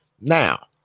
Now